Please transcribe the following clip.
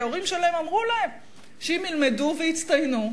כי ההורים שלהם אמרו להם שאם ילמדו ויצטיינו,